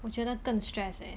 我觉得更 stress eh